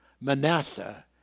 Manasseh